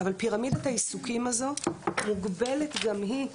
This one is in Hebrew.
אבל פירמידת העיסוקים הזאת מוגבלת גם היא.